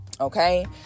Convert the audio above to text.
Okay